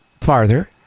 farther